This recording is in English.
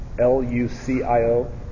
L-U-C-I-O